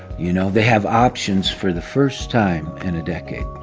you know, they have options for the first time in a decade